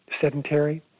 sedentary